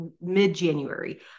mid-January